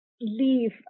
leave